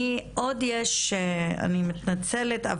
אני מתנצלת,